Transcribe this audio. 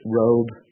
robe